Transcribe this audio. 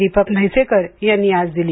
दीपक म्हैसेकर यांनी आज दिली